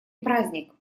праздник